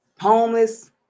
homeless